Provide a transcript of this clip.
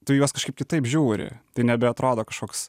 tu į juos kažkaip kitaip žiūri tai nebeatrodo kažkoks